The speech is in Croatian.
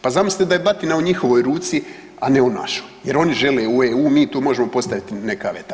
Pa zamislite da je batina u njihovoj ruci, a ne u našoj jer oni žele u EU, mi tu možemo postaviti neka veta.